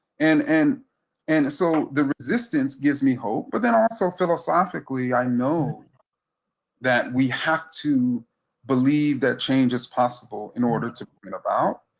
and and and so the resistance gives me hope. but then also philosophically, i know that we have to believe that change is possible in order to bring it about.